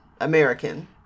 american